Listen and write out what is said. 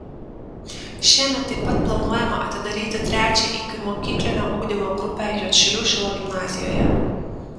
šiemet taip pat planuojama atidaryti trečią ikimokyklinio ugdymo grupę juodšilių šilo gimnazijoje